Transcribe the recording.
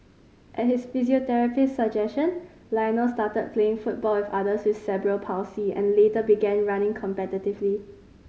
at his physiotherapist's suggestion Lionel started playing football with others with cerebral palsy and later began running competitively